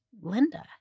Linda